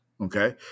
Okay